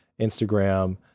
Instagram